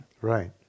Right